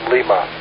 Lima